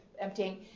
emptying